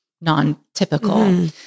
non-typical